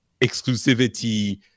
exclusivity